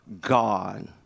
God